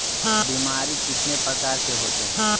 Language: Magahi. बीमारी कितने प्रकार के होते हैं?